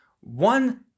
one